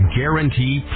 guarantee